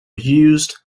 used